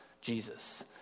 Jesus